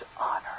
honor